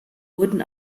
wurden